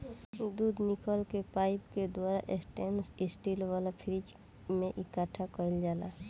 दूध निकल के पाइप के द्वारा स्टेनलेस स्टील वाला फ्रिज में इकठ्ठा कईल जाला